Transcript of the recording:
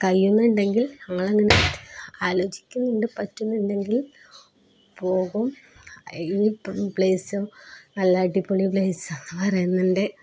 കഴിയുമെന്നുണ്ടെങ്കിൽ ഞങ്ങളങ്ങനെ ആലോചിക്കുന്നുണ്ട് പറ്റുമെന്നുണ്ടെങ്കിൽ പോകും പ്ലേസും നല്ല അടിപൊളി പ്ലേസാണെന്ന് പറയുന്നുണ്ട്